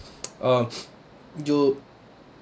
uh you